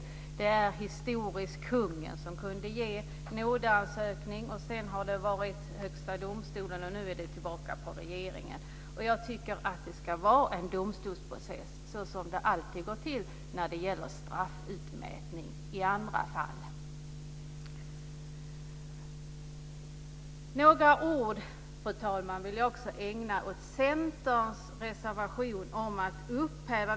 Historiskt sett var det kungen som tidigare kunde bevilja en nådeansökan. Sedan har Högsta domstolen haft denna möjlighet, och nu har den överförts till regeringen. Jag tycker att det ska vara fråga om en domstolsprocess, som det alltid är i andra fall av straffutmätning. Fru talman! Jag vill också ägna några ord åt reservation 5 från Centern.